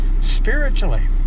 spiritually